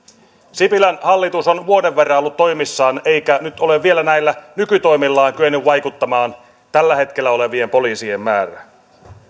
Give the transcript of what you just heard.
sipilän hallitus on vuoden verran ollut toimissaan eikä nyt ole vielä näillä nykytoimillaan kyennyt vaikuttamaan tällä hetkellä olevien poliisien määrään